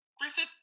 Griffith